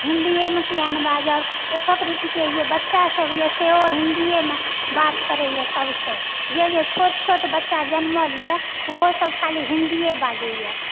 हिन्दीएमे किआ नहि बाजब एकहक रतिके बच्चा सभ रहयए सेहो हिन्दीएमे बात करयए सभसे जे जे छोट छोट बच्चा जनमलए ओहोसभ खाली हिन्दीए बाजयए